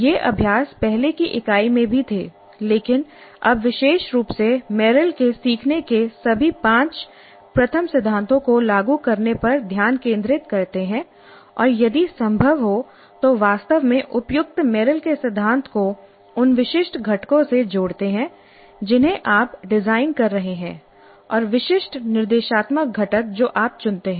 ये अभ्यास पहले की इकाई में भी थे लेकिन अब विशेष रूप से मेरिल के सीखने के सभी पाँच प्रथम सिद्धांतों को लागू करने पर ध्यान केंद्रित करते हैं और यदि संभव हो तो वास्तव में उपयुक्त मेरिल के सिद्धांत को उन विशिष्ट घटकों से जोड़ते हैं जिन्हें आप डिजाइन कर रहे हैं और विशिष्ट निर्देशात्मक घटक जो आप चुनते हैं